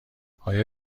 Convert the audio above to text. آیا